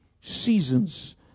seasons